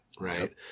Right